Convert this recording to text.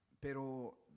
Pero